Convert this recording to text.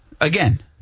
Again